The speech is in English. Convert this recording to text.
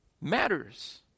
matters